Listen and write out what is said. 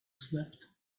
slept